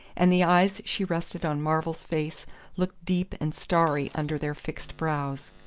and the eyes she rested on marvell's face looked deep and starry under their fixed brows.